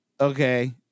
okay